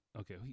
okay